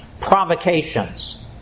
provocations